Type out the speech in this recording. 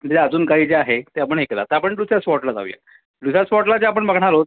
अजून काही जे आहेत ते आपण हे केलं आता आपण दुसऱ्या स्पॉटला जाऊया दुसऱ्या स्पॉटला जे आपण बघणार आहोत